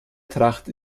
tracht